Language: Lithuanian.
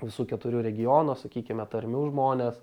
visų keturių regiono sakykime tarmių žmonės